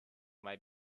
might